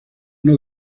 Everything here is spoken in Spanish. uno